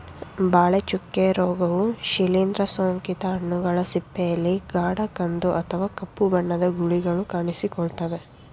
ಬಾಳೆ ಚುಕ್ಕೆ ರೋಗವು ಶಿಲೀಂದ್ರ ಸೋಂಕಿತ ಹಣ್ಣುಗಳ ಸಿಪ್ಪೆಯಲ್ಲಿ ಗಾಢ ಕಂದು ಅಥವಾ ಕಪ್ಪು ಬಣ್ಣದ ಗುಳಿಗಳು ಕಾಣಿಸಿಕೊಳ್ತವೆ